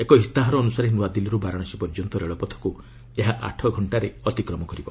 ଏକ ଇସ୍ତାହାର ଅନୁସାରେ ନୂଆଦିଲ୍କୀରୁ ବାରାଶାସୀ ପର୍ଯ୍ୟନ୍ତ ରେଳପଥକୁ ଏହା ଆଠ ଘଙ୍କାରେ ଅତିକ୍ରମ କରିବ